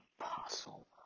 Apostle